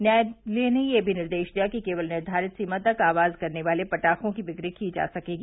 न्यायालय ने यह भी निर्देश दिया कि केवल निर्धारित सीमा तक आवाज करने वाले पटाखों की क्रिकी की जा सकेगी